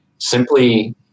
simply